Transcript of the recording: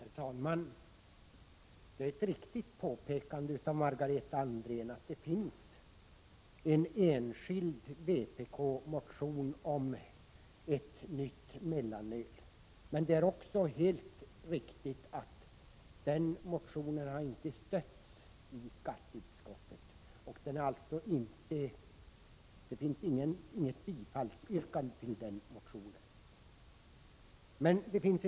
Herr talman! Det är ett riktigt påpekande av Margareta Andrén att det finns en enskild vpk-motion om ett nytt mellanöl, men det är också helt riktigt att den motionen inte har stötts vid behandlingen i skatteutskottet, och det finns alltså inget bifallsyrkande till den.